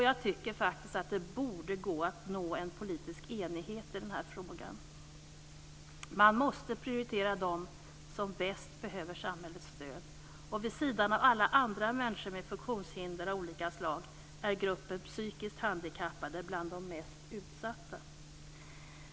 Jag tycker faktiskt att det borde gå att nå en politisk enighet i denna fråga. Man måste prioritera dem som bäst behöver samhällets stöd. Vid sidan av alla andra människor med olika funktionshinder av olika slag är gruppen psykiskt handikappade bland de mest utsatta.